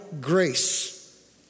grace